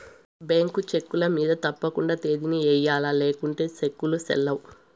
bank చెక్కుల మింద తప్పకండా తేదీని ఎయ్యల్ల లేకుంటే సెక్కులు సెల్లవ్